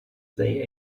they